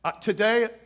Today